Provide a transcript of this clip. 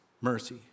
Mercy